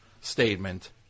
statement